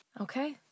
Okay